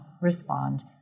respond